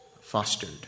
fostered